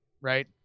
Right